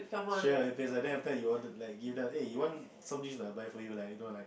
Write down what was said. sure if is like that every time you want to play give them eh you want some news or not I buy for you like you know like